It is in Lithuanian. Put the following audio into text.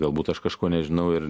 galbūt aš kažko nežinau ir